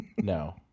No